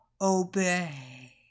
Obey